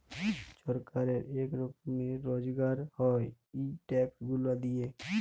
ছরকারের ইক রকমের রজগার হ্যয় ই ট্যাক্স গুলা দিঁয়ে